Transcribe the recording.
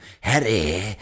Harry